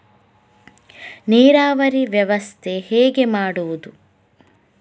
ನೀರಾವರಿ ವ್ಯವಸ್ಥೆ ಹೇಗೆ ಮಾಡುವುದು?